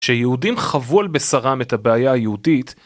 שיהודים חוו על בשרם את הבעיה היהודית